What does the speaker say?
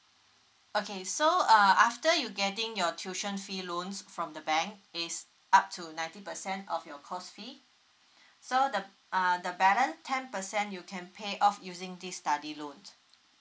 okay so uh after you getting your tuition fee loans from the bank is up to ninety percent of your course fee so the uh the balance ten percent you can pay off using this study loans